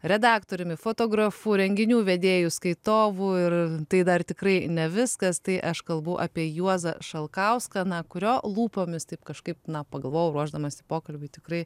redaktoriumi fotografu renginių vedėju skaitovu ir tai dar tikrai ne viskas tai aš kalbu apie juozą šalkauską kurio lūpomis taip kažkaip na pagalvojau ruošdamasi pokalbiui tikrai